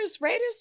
Raiders